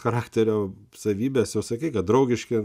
charakterio savybės jau sakei kad draugiški